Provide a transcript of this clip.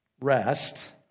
rest